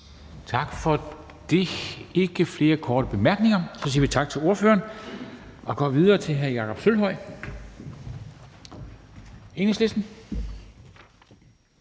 Tak for det. Der er ikke flere korte bemærkninger, og så siger vi tak til ordføreren og går videre til hr. Jakob Sølvhøj, Enhedslisten.